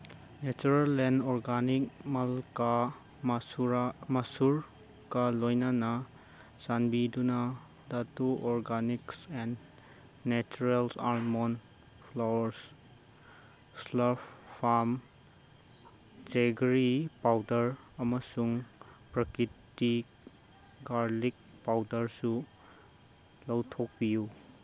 natural ꯂꯦꯟ organic ꯃꯜꯀꯥ ꯃꯥꯁꯨꯔꯀ ꯂꯣꯏꯅꯅ ꯆꯥꯟꯕꯤꯗꯨꯅ ꯇꯇꯨ ꯑꯣꯔꯒꯥꯅꯤꯛꯁ ꯑꯦꯟ ꯅꯦꯆꯔꯦꯜ ꯑꯥꯔꯃꯣꯟ ꯐ꯭ꯂꯣꯔꯁ ꯏꯁꯂꯞ ꯐꯥꯝ ꯖꯦꯒꯔꯤ ꯄꯥꯎꯗꯔ ꯑꯃꯁꯨꯡ ꯄ꯭ꯔꯀꯤꯇꯤꯛ ꯒꯥꯔꯂꯤꯛ ꯄꯥꯎꯗꯔꯁꯨ ꯂꯧꯊꯣꯛꯄꯤꯌꯨ